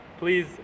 please